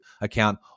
account